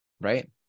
Right